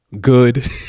good